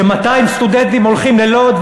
ש-200 סטודנטים הולכים ללוד,